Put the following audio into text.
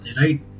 right